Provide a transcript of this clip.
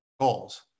goals